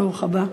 ברוך הבא.